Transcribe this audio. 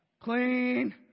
Clean